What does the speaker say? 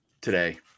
today